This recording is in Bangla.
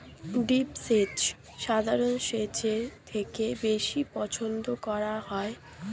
ড্রিপ সেচ সাধারণ সেচের থেকে বেশি পছন্দ করা হয়